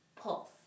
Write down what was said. pulse